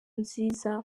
nziza